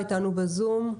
איתנו בזום.